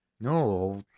No